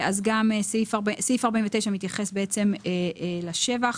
אז סעיף 49 מתייחס בעצם לשבח.